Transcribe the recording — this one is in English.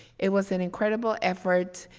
it was an incredible effort,